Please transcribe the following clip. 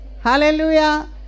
hallelujah